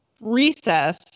recess